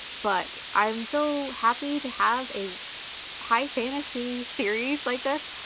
but i'm so happy to have a high fantasy series like this.